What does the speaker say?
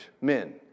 men